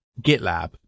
gitlab